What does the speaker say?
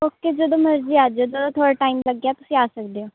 okay ਜਦੋਂ ਮਰਜ਼ੀ ਆ ਜਿਓ ਜਦੋਂ ਤੁਹਾਡਾ ਟਾਈਮ ਲੱਗਿਆ ਤੁਸੀਂ ਆ ਸਕਦੇ ਹੋ